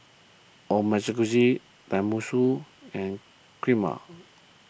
Tenmusu and Kheema